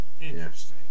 Interesting